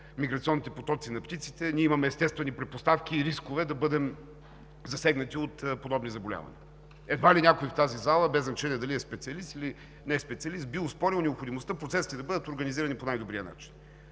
миграционните потоци на птиците ние имаме естествени предпоставки и рискове да бъдем засегнати от подобни заболявания. Едва ли някой в тази зала, без значение дали е специалист, или не е специалист, би оспорил необходимостта процесите да бъдат организирани по най-добрия начин.